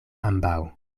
ambaŭ